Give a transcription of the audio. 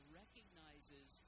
recognizes